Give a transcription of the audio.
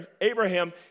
Abraham